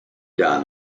dunn